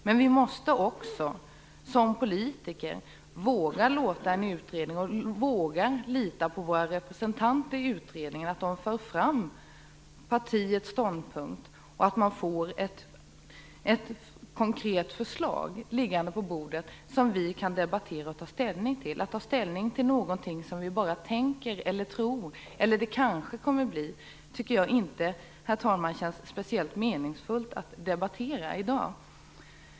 Men vi måste också som politiker våga låta en utredning få arbeta och våga lita på att våra representanter för fram partiets ståndpunkt och att man får fram ett konkret förslag liggande på bordet som vi kan debattera och ta ställning till. Att ta ställning till någonting som vi bara tänker eller tror, eller som kanske kommer att ske, tycker jag inte känns speciellt meningsfullt att debattera i dag.